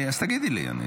אז תגידי לי.